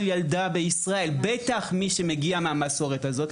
ילדה בישראל; בטח עבור מי שמגיעה מהמסורת הזו,